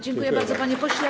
Dziękuję bardzo, panie pośle.